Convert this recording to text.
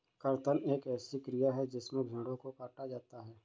कर्तन एक ऐसी क्रिया है जिसमें भेड़ों को काटा जाता है